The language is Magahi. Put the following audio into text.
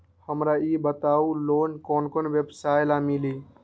हमरा ई बताऊ लोन कौन कौन व्यवसाय ला मिली?